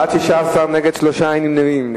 בעד, 16, נגד, 3, אין נמנעים.